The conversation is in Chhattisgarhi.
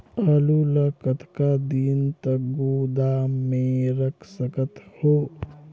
आलू ल कतका दिन तक गोदाम मे रख सकथ हों?